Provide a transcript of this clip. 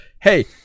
hey